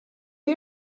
you